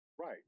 right